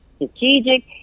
strategic